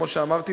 כמו שאמרתי,